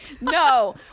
No